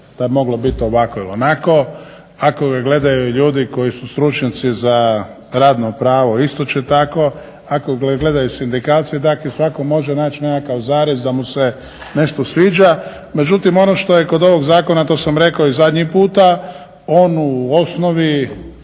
da bi moglo biti ovako ili onako. Ako ga gledaju ljudi koji su stručnjaci za radno pravo isto će tako, ako gledaju sindikati, dakle svatko može naći nekakav zarez da mu se nešto sviđa. Međutim ono što je kod ovog zakona, a to sam rekao i zadnji puta, on u osnovi